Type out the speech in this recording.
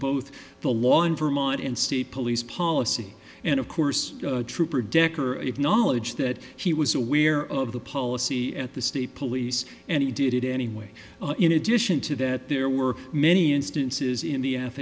both the law in vermont and state police policy and of course trooper decker acknowledged that he was aware of the policy at the state police and he did it anyway in addition to that there were many instances in the a